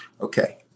Okay